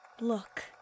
Look